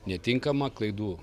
netinkama klaidų